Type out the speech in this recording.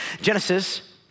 Genesis